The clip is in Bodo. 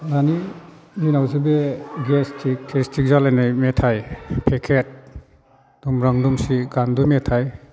माने बे उनावसो बे गेस्ट्रिक थेस्थिक जालायनाय मेथाइ पेकेट दुमब्रां दुमसि गान्दु मेथाइ